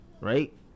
Right